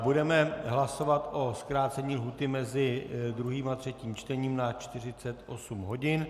Budeme hlasovat o zkrácení lhůty mezi druhým a třetím čtením na 48 hodin.